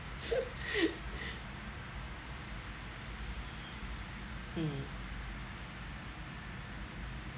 mm